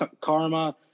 karma